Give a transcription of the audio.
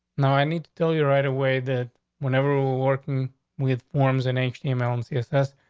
now i need to tell you right away that whenever we're working with forms and at gmail and c. s s,